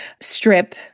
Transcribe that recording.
strip